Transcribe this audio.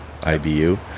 IBU